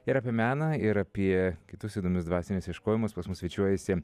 ir apie meną ir apie kitus įdomius dvasinius ieškojimus pas mus svečiuojasi